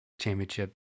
championship